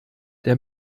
der